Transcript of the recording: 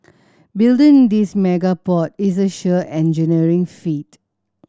building this mega port is a sheer engineering feat